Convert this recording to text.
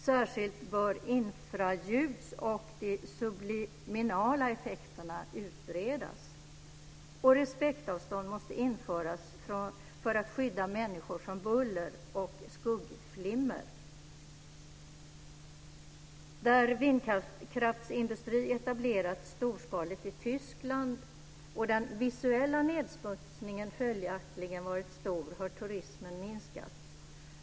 Särskilt bör infraljuds och de subliminala effekterna utredas. Respektavstånd måste införas för att skydda människor från buller och skuggflimmer. Tyskland och den visuella nedsmutsningen följaktligen varit stor, har turismen minskat.